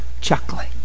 chuckling